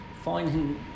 finding